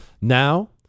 now